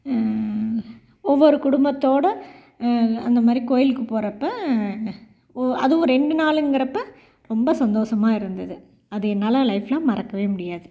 ஒவ்வொரு குடும்பத்தோட அந்த மாதிரி கோவிலுக்கு போறப்போ அதுவும் ரெண்டு நாளுங்குறப்போ ரொம்ப சந்தோஷமாக இருந்துது அது என்னால் லைஃப்பில் மறக்கவே முடியாது